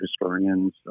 historians